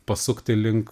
pasukti link